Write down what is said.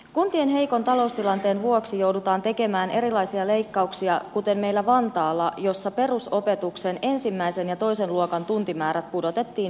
kuntien heikon taloustilanteen vuoksi joudutaan tekemään erilaisia leikkauksia kuten meillä vantaalla jossa perusopetuksen ensimmäisen ja toisen luokan tuntimäärät pudotettiin minimiin